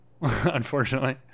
unfortunately